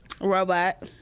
Robot